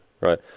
right